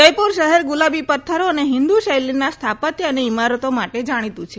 જયપુર શહેર ગુલાબી પત્થરો અને હિન્દુ શૈલીના સ્થાપત્ય અને ઇમારતો માટે જાણીતું છે